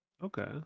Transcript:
Okay